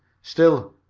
still,